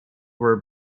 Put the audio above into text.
were